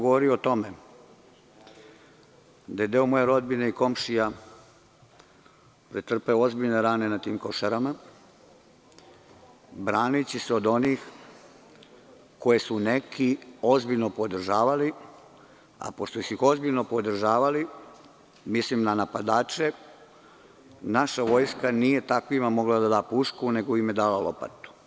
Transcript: Govorio sam o tome da je deo moje rodbine i komšija pretrpeo ozbiljne rane na Košarama braneći se od onih koje su neki ozbiljno podržavali, a pošto su ih ozbiljno podržavali, mislim na napadače, naša vojska nije mogla takvima da da pušku nego im je dala lopatu.